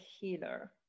healer